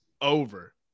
over